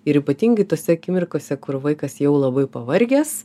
ir ypatingai tose akimirkose kur vaikas jau labai pavargęs